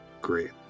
Great